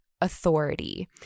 authority